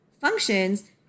functions –